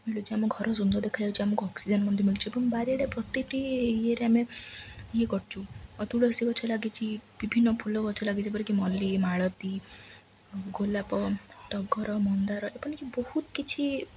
ମିଳୁଛି ଆମ ଘର ସୁନ୍ଦର ଦେଖାଯାଉଛି ଆମକୁ ଅକ୍ସିଜେନ୍ ମଧ୍ୟ ମିଳୁଛି ଏବଂ ବାରି ଆଡ଼େ ପ୍ରତ୍ୟେକ୍ଟି ଇଏ ରେ ଆମେ ଇଏ କରଛୁ ଅ ତୁଳସୀ ଗଛ ଲାଗିଛି ବିଭିନ୍ନ ଫୁଲ ଗଛ ଲାଗିଛି ଯେପରିକି ମଲ୍ଲି ମାଳତି ଆଉ ଗୋଲାପ ଟଗର ମନ୍ଦାର ଏ ଭଳିକି ବହୁତ କିଛି